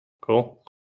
Cool